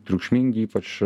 triukšmingi ypač